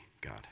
God